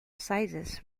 sizes